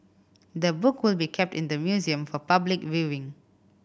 the book will be kept in the museum for public viewing